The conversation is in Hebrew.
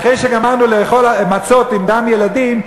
אחרי שגמרנו לאכול מצות עם דם ילדים,